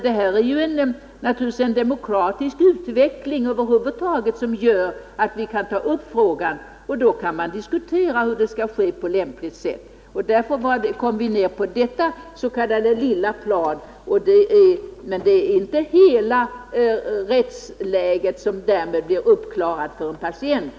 Det är naturligtvis en demokratisk utveckling över huvud taget som gör att man kan ta upp frågan, och då kan man diskutera hur det lämpligast bör ske. Därför kom vi ner på detta s.k. lilla plan, men därmed är inte hela rättsläget uppklarat för en patient.